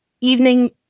evening